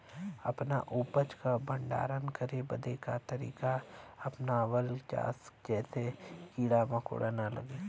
अपना उपज क भंडारन करे बदे का तरीका अपनावल जा जेसे कीड़ा मकोड़ा न लगें?